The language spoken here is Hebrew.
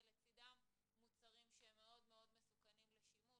ולצדם מוצרים שהם מאוד מאוד מסוכנים לשימוש.